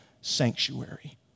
sanctuary